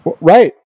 right